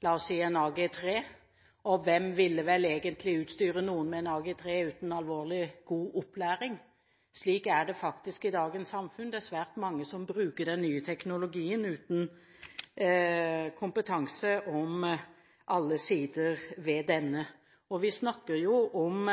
la oss si, en AG-3, og hvem ville vel egentlig utstyre noen med en AG-3 uten alvorlig god opplæring. Slik er det faktisk i dagens informasjonssamfunn. Det er svært mange som bruker den nye teknologien uten kompetanse om alle sider ved denne. Vi snakker om